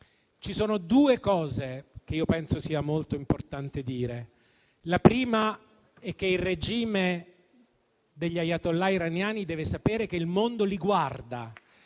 Ci sono due cose che io penso sia molto importante dire. La prima è che il regime degli *ayatollah* iraniani deve sapere che il mondo li guarda